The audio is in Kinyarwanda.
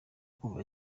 kuva